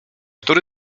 który